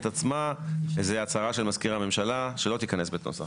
עצמה זה הצהרה של מזכיר הממשלה שלא תיכנס בנוסח.